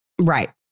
right